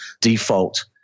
default